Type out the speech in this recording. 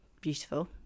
Beautiful